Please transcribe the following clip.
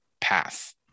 path